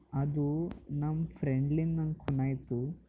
ಅದು ನಮ್ಮ ಫ್ರೆಂಡ್ಲಿಂದ ನಾನು ಕೊನಾಯ್ತು